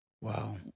Wow